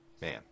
man